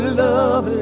love